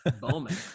Bowman